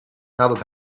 nadat